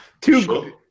two